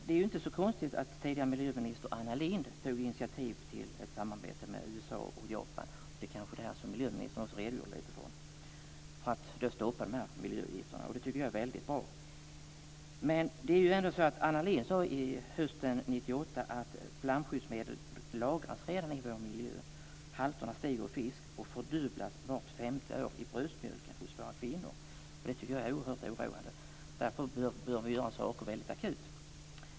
Det är inte så att tidigare miljöminister Anna Lindh tog initiativ till ett samarbete med USA och Japan - det kanske är det som miljöministern redogjorde för - för att lyfta upp det här. Det tycker jag är väldigt bra. Anna Lindh sade hösten 1998 att flamskyddsmedlen lagras redan i vår miljö. Halterna stiger i fisk och fördubblas vart femte år i bröstmjölken hos våra kvinnor. Det tycker jag är oerhört oroande. Därför börjar saken bli akut.